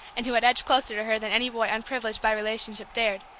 and who had edged closer to her than any boy unprivileged by relationship dared,